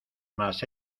más